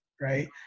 Right